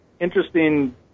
interesting